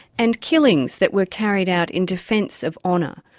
and killings that were carried out in defence of honour,